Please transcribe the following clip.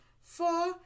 four